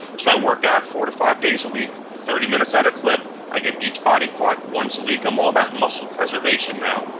so i work out four to five days a week, thirty minutes at a clip. i get each body part once a week. i'm all about muscle preservation now,